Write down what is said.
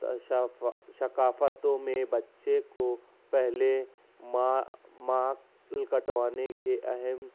ثقافتوں میں بچے کو پہلے ماں مال کٹوانے کے اہم